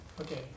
okay